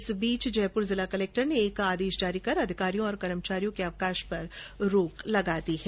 इस बीच जयपुर जिला कलक्टर ने एक आदेश जारी कर अधिकारियों और कर्मचारियों के अवकाश पर रोक लगा दी है